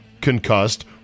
concussed